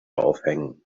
aufhängen